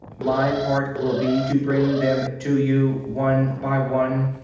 my part will be to bring them to you, one by one.